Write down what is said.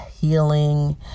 healing